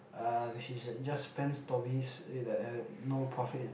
uh which is just fan stories like have no profit